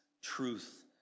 truth